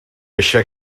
eisiau